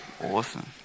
Awesome